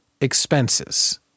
expenses